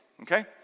okay